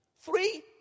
Three